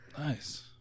Nice